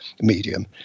medium